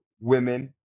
Women